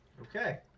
okay